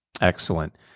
Excellent